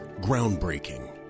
Groundbreaking